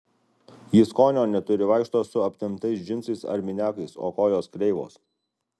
ji skonio neturi vaikšto su aptemptais džinsais ar miniakais o kojos kreivos